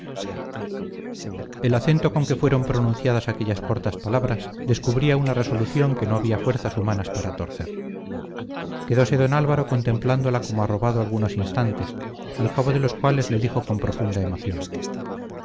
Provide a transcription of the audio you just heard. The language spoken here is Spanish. el acento con que fueron pronunciadas aquellas cortas palabras descubría una resolución que no había fuerzas humanas para torcer quedóse don álvaro contemplándola como arrobado algunos instantes al cabo de los cuales le dijo con profunda emoción